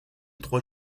trois